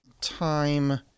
time